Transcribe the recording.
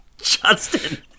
Justin